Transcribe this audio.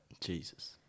Jesus